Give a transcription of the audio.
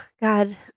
God